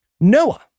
Noah